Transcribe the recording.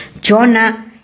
Jonah